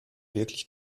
wirklich